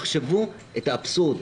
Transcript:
תחשבו את האבסורד.